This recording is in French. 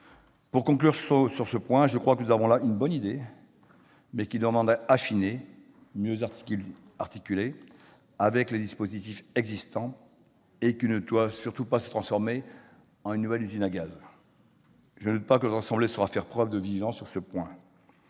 Pour conclure sur ce point, je crois que nous avons là une bonne idée, mais qui demanderait à être affinée, mieux articulée avec les dispositifs existants et qui ne doit surtout pas se transformer en une nouvelle usine à gaz- je ne doute pas que notre assemblée saura faire preuve de vigilance sur ce point.